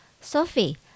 Sophie